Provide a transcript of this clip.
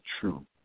true